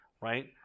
right